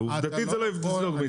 עובדתית זה לא יזלוג אצלה.